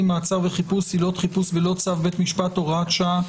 (מעצר וחיפוש) (עילות חיפוש בלא צו בית משפט) (הוראת שעה),